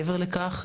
מעבר לכך,